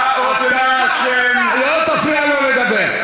אדוני, לא תפריע לו לדבר.